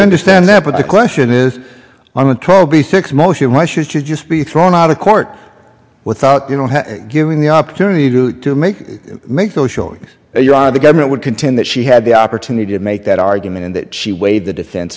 understand that but the question is on a tro be six motion why should she just be thrown out of court without you know have given the opportunity to to make make those showing that you are the government would contend that she had the opportunity to make that argument and that she weighed the defense